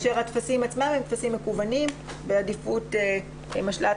הטפסים עצמם הם טפסים מקוונים בעדיפות משל"ט